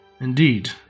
Indeed